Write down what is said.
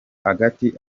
hagati